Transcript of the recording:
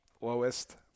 lowest